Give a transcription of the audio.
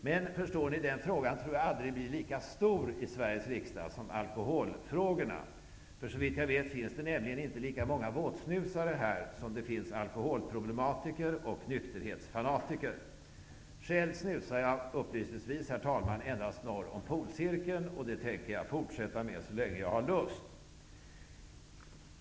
Jag tror inte att den frågan blir lika stor i Sveriges riksdag som alkoholfrågorna. Såvitt jag vet finns det nämligen inte lika många våtsnusare som alkoholproblematiker och nykterhetsfanatiker här. Själv snusar jag endast norr om polcirkeln, och det tänker jag fortsätta med så länge jag har lust.